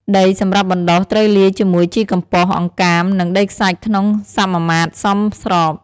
ដីសម្រាប់បណ្តុះត្រូវលាយជាមួយជីកំប៉ុស្ត អង្កាម និងដីខ្សាច់ក្នុងសមាមាត្រសមស្រប។